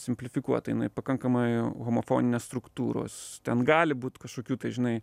simplifikuota jinai pakankamai homofoninės struktūros ten gali būt kažkokių tai žinai